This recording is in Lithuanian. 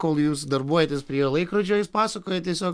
kol jūs darbuojatės prie laikrodžio jis pasakoja tiesiog